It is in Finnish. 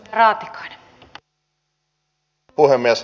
arvoisa rouva puhemies